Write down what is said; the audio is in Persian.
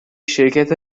شرکت